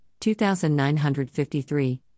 2953